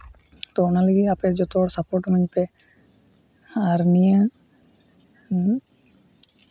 ᱛᱚ ᱚᱱᱟ ᱞᱟᱹᱜᱤᱫ ᱟᱯᱮ ᱡᱚᱛᱚ ᱦᱚᱲ ᱥᱟᱯᱚᱴ ᱤᱢᱟᱹᱧ ᱯᱮ ᱟᱨ ᱱᱤᱭᱟᱹ